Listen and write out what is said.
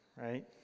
right